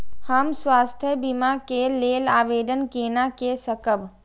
हम स्वास्थ्य बीमा के लेल आवेदन केना कै सकब?